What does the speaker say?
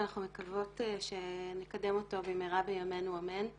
ואנחנו מקוות שנקדם אותו במהרה בימינו אמן.